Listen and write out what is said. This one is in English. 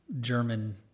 German